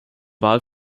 wahl